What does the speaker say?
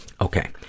Okay